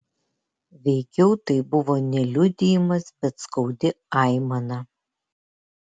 veikiau tai buvo ne liudijimas bet skaudi aimana